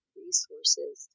resources